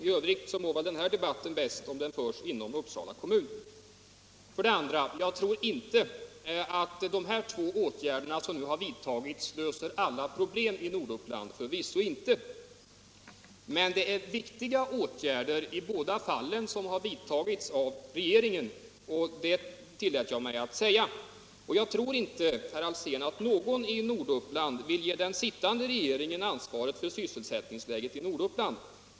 I övrigt mår väl den debatten bäst av att föras inom Uppsala kommun. Vidare tror jag inte att de båda åtgärder som nu har vidtagits löser alla problem i Norduppland — förvisso inte! Men det är i båda fallen viktiga åtgärder som vidtagits av regeringen, och det tillät jag mig säga. Jag tror inte, herr Alsén, att någon i Norduppland vill ge den sittande regeringen ansvaret för sysselsättningsproblemen i Norduppland.